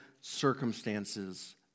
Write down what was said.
circumstances